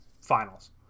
Finals